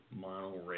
monorail